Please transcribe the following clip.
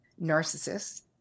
narcissists